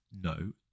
no